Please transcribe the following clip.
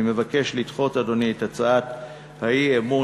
אני מבקש לדחות, אדוני, את הצעות האי-אמון.